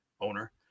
owner